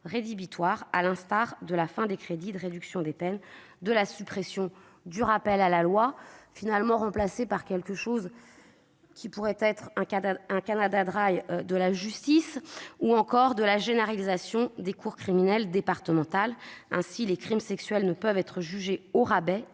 rédhibitoires, à l'instar de la fin des crédits de réduction des peine, de la suppression du rappel à la loi, finalement remplacé par ce qui pourrait s'apparenter à un Canada Dry de la justice, ou encore de la généralisation des cours criminelles départementales. Les crimes sexuels ne peuvent être jugés au rabais